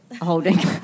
holding